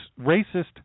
racist